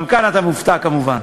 גם כאן אתה מופתע, כמובן.